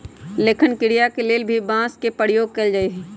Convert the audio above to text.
लेखन क्रिया के लेल भी बांस के प्रयोग कैल जाई छई